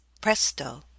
presto